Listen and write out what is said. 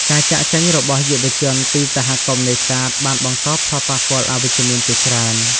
ការចាកចេញរបស់យុវជនពីសហគមន៍នេសាទបានបង្កផលប៉ះពាល់អវិជ្ជមានជាច្រើន។